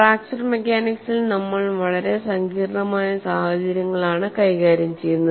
fracture മെക്കാനിക്സിൽ നമ്മൾ വളരെ സങ്കീർണ്ണമായ സാഹചര്യങ്ങളാണ് കൈകാര്യം ചെയ്യുന്നത്